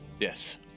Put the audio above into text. Yes